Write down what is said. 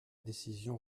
décision